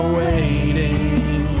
waiting